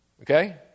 Okay